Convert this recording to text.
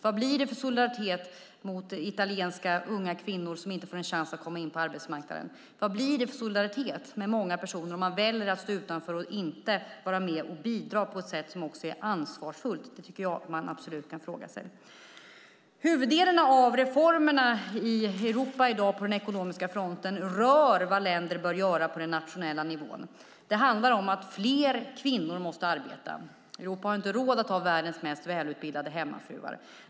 Vad blir det för solidaritet med italienska unga kvinnor som inte får en chans att komma in på arbetsmarknaden? Vad blir det för solidaritet med många personer om man väljer att stå utanför och inte vara med och bidra på ett sätt som är ansvarsfullt? Det tycker jag att man absolut kan fråga sig. Huvuddelen av reformerna i Europa i dag på den ekonomiska fronten rör vad länder bör göra på den nationella nivån. Det handlar om att fler kvinnor måste arbeta. Europa har inte råd att ha världens mest välutbildade hemmafruar.